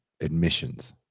admissions